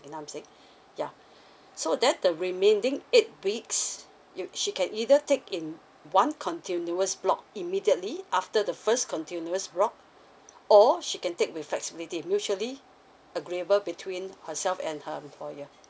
you know I'm saying ya so then the remaining eight weeks you she can either take in one continuous block immediately after the first continuous block or she can take with flexibility mutually agreeable between herself and her employer